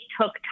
took